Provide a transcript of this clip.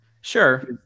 Sure